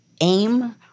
AIM